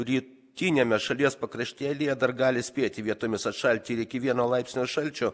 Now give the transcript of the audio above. rytiniame šalies pakraštyje lyja dar gali spėti vietomis atšalti ir iki vieno laipsnio šalčio